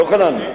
יוחנן,